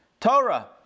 Torah